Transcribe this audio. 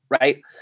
right